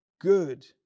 good